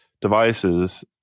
devices